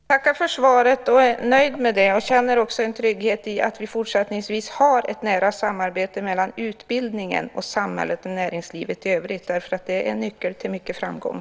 Fru talman! Jag tackar för svaret och är nöjd med det. Jag känner också en trygghet i att det fortsättningsvis ska ske ett nära samarbete mellan utbildningen, samhället och näringslivet i övrigt, därför att det är nyckeln till framgång.